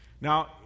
Now